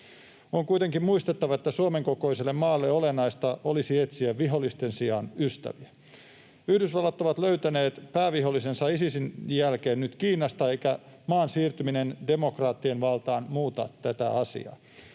On kuitenkin muistettava, että Suomen kokoiselle maalle olennaista olisi etsiä vihollisten sijaan ystäviä. Yhdysvallat on löytänyt päävihollisensa Isisin jälkeen nyt Kiinasta, eikä maan siirtyminen demokraattien valtaan muuta tätä asiaa.